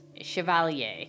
Chevalier